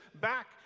back